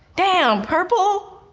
damn, purple?